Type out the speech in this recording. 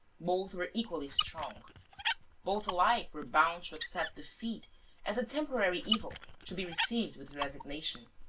both were equally strong both alike were bound to accept defeat as a temporary evil, to be received with resignation.